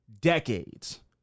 decades